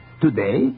Today